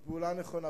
היא פעולה נכונה.